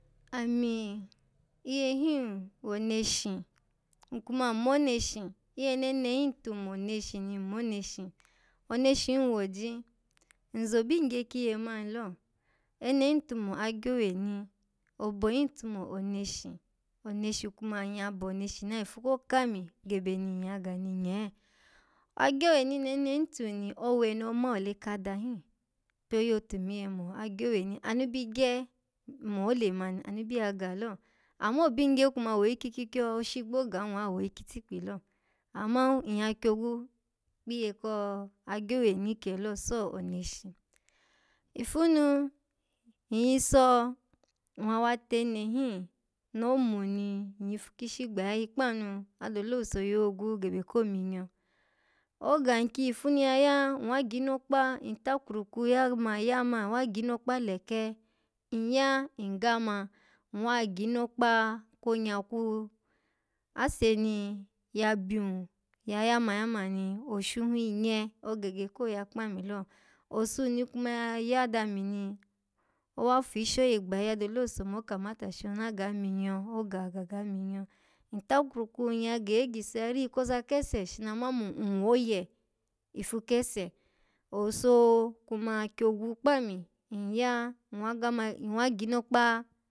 Ami iye hin wo oneshi. nkuma nmoneshi iye nene hin tun mo oneshi ni, nmoneshi oneshi hin woji? Nzobingye kiye man lo ene hin tumo agyoweni, abo hin tumo oneshi, oneshi kuma yya boneshi na yifu ko kami gebe ni nyya ga ni nye agyoweni nene hin tun ni, owe noma ole kada hin pyo yo tumiye mo agyoweni anu bi gye mo olemani, abi ya ga lo amma obingye kuma woyi kikyikyo oshingbo ga in wa, awoyi kitikpi lo amman nyya kyogwu kpiyo ko agyoweni kelo so oneshi ifu nu nyyiso nuwa wa tene hin, no mun ni nyyifu kishi gbayayi kpanu, adole owuso yogwu gebe ko minyo oga nki yifu nu yaya, nwwa ginokpa ntakuruku ya ma nwwa ginokpa leke, nyya, nggama, nwwa ginokpa konyakwu. ase i ya byun ya yama yama ni, oshu hin nye, ogege ko ya kpami lo osun ni kuma ya ya dami ni, owa fishi oye gbayayi adole owuso mo okamata shini ona ga minyo, oga gaga minyo ntakurku nyya geye giso, ya riyi koza kese shina ma mun nwwoye ifu kese owuso kuma kyogwu kpami nyya, nwwa gama ki-nwwa ginokpa.